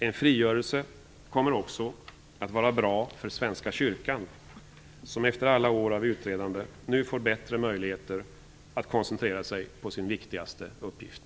En frigörelse kommer också att vara bra för Svenska kyrkan, som efter alla år av utredande nu får bättre möjligheter att koncentrera sig på sin viktigaste uppgift.